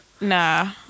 Nah